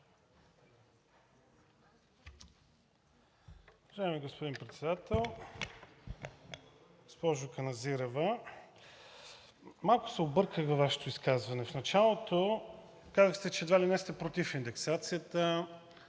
Уважаеми господин Председател! Госпожо Каназирева, малко се обърках във Вашето изказване. В началото казахте, че едва ли не сте против индексацията.